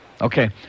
Okay